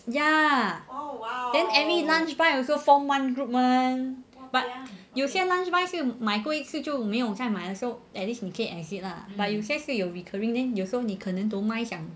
ya then every lunch buy also form one group [one] but 有些 lunch buy 是买过一次就没有再买了 so at least 你可以 exit lah but 有些是有 recurring then 有时后你可能 don't mind 想